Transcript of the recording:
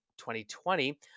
2020